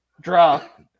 drop